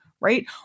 right